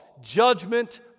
judgment